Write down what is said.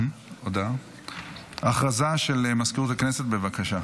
הודעה למזכירות הכנסת, בבקשה.